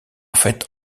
fait